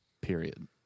Period